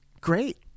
great